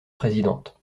présidente